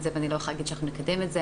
זה ואני לא יכולה להגיד שנקדם את זה,